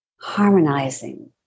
harmonizing